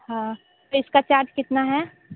हाँ इसका चार्ज कितना है